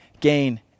gain